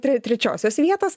tre trečiosios vietos